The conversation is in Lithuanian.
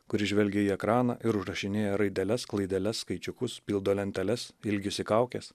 kuris žvelgia į ekraną ir užrašinėja raideles klaideles skaičiukus pildo lenteles ilgisi kaukės